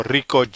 Rico